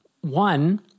one